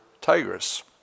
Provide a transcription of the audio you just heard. Tigris